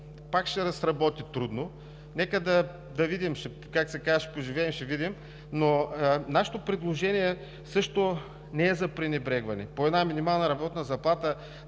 пак ще заработи трудно. Нека да видим – както се казва: „Ще поживеем, ще видим!“ Нашето предложение също не е за пренебрегване – по една минимална работна заплата